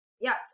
yes